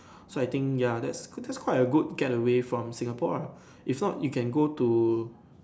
so I think ya that's quite that's quite a good getaway from Singapore if not you can go to